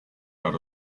out